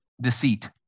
Deceit